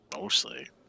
Mostly